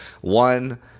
One